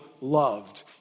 loved